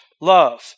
love